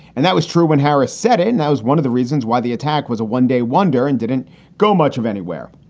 and that was true when harris said it. and that was one of the reasons why the attack was a one day wonder and didn't go much of anywhere.